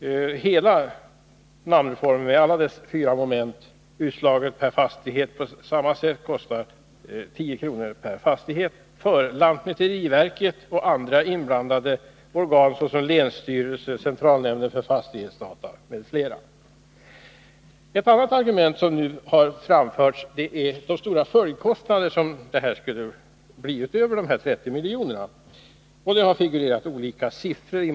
Hela namnreformen med alla dess fyra moment skulle, utslaget på samma sätt, kosta 10 kr. per fastighet för lantmäteriverket och andra inblandade organ, såsom länsstyrelser och centralnämnden för fastighetsdata. Ett annat argument som har framförts är de stora följdkostnader som skulle krävas, utöver dessa 30 miljoner. Det har figurerat olika siffror.